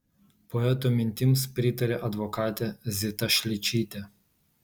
poeto mintims pritarė advokatė zita šličytė